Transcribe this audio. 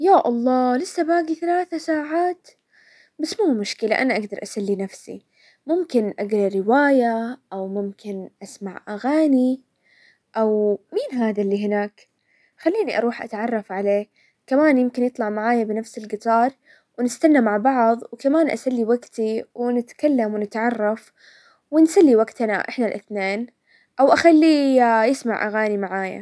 يا الله لسى باقي ثلاثة ساعات! بس مو مشكلة انا اقدر اسلي نفسي، ممكن اقرا رواية، او ممكن اسمع اغاني، او مين هذا اللي هناك؟ خليني اروح اتعرف عليه، كمان يمكن يطلع معايا بنفس القطار، ونستنى مع بعض، وكمان اسلي وقتي ونتكلم ونتعرف، ونسلي وقتنا احنا الاثنين، او اخليه يسمع اغاني معايا.